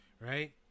right